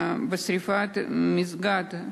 בשרפת המסגד,